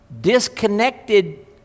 Disconnected